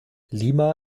lima